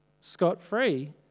scot-free